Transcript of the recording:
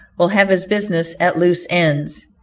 will have his business at loose ends,